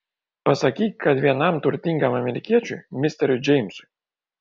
pasakyk kad vienam turtingam amerikiečiui misteriui džeimsui